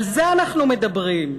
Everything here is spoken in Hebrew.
על זה אנחנו מדברים.